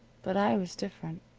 but i was different.